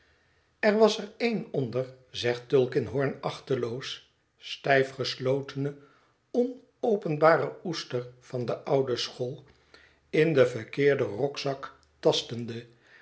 er was er een onder zegt tulkinghorn achteloos stijf geslotene onopenbare oester van de oude school in den verkeerden rokzak tastende